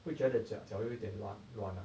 会觉得脚脚有点软软 ah